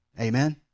Amen